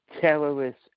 terrorist